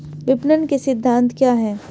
विपणन के सिद्धांत क्या हैं?